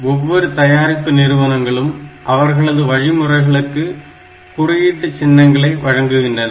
ஒவ்வொரு தயாரிப்பு நிறுவனங்களும் அவர்களது வழிமுறைகளுக்கு குறியீட்டு சின்னங்களை வழங்குகின்றனர்